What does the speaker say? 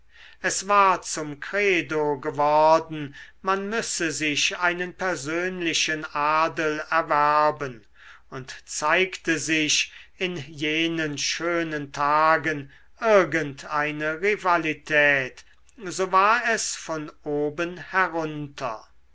es war zum credo geworden man müsse sich einen persönlichen adel erwerben und zeigte sich in jenen schönen tagen irgend eine rivalität so war es von oben herunter